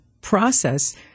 process